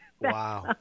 Wow